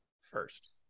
first